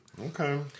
Okay